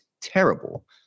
terrible